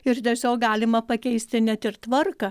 ir tiesiog galima pakeisti net ir tvarką